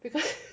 because